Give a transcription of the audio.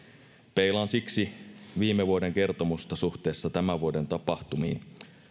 peilaan siksi viime vuoden kertomusta suhteessa tämän vuoden tapahtumiin